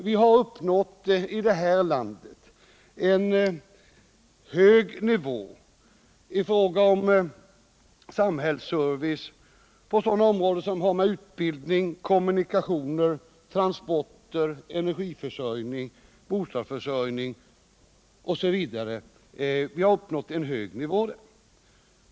Vi har i vårt land uppnått en hög nivå på samhällsservicen vad gäller utbildning, kommunikationer, energiförsörjning, bostadsförsörjning osv.